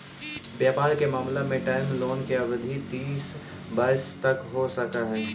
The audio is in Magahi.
व्यापार के मामला में टर्म लोन के अवधि तीस वर्ष तक हो सकऽ हई